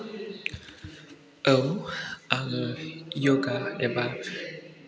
औ आङो य'गा एबा